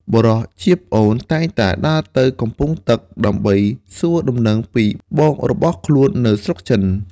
បុរសជាប្អូនតែងតែដើរទៅកំពង់ទឹកដើម្បីសួរដំណឹងពីបងរបស់ខ្លួននៅស្រុកចិន។